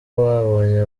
babonye